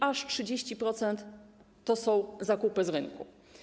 Aż 30% to są zakupy z rynku.